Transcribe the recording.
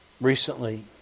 Recently